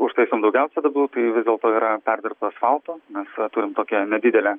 užtaisom daugiausia duobių tai vis dėlto yra perdirbto asfalto mes turim tokią nedidelę